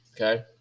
okay